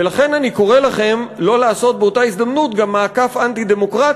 ולכן אני קורא לכם לא לעשות באותה הזדמנות גם מעקף אנטי-דמוקרטי,